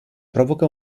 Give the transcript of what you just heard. provoca